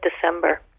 December